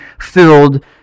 filled